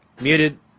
Muted